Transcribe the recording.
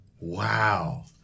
Wow